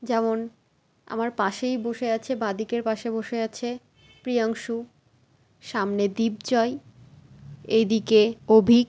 যেমন আমার পাশেই বসে আছে বাঁ দিকের পাশে বসে আছে প্রিয়াংশু সামনে দ্বীপজয় এইদিকে অভীক